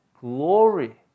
glory